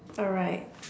alright